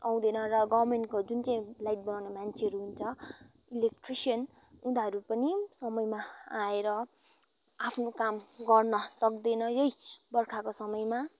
आउँदैन र गभर्मेन्टको जुन चाहिँ लाइट बनाउने मान्छेहरू हुन्छ इलेक्ट्रेसियन उनीहरू पनि समयमा आएर आफ्नो काम गर्न सक्दैन यही बर्खाको समयमा